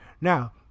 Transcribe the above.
Now